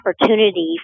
opportunity